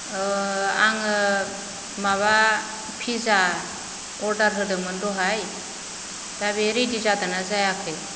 आङो माबा फिजा अर्दार होदोंमोन दहाय दा बे रेडि जादोंना जायाखै